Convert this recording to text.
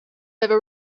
over